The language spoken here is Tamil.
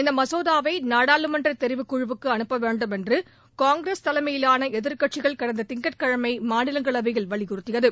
இந்த மசோதாவை நாடாளுமன்ற தெரிவுக்குழவுக்கு அனுப்ப வேண்டும் என்று காங்கிரஸ் தலைமையிலான எதிர்க்கட்சிகள் கடந்த திங்கட்கிழமை மாநிலங்களவையில் வலியுறுத்தியது